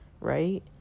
right